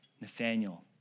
Nathaniel